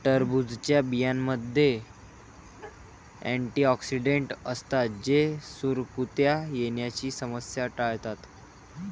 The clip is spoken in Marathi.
टरबूजच्या बियांमध्ये अँटिऑक्सिडेंट असतात जे सुरकुत्या येण्याची समस्या टाळतात